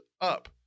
up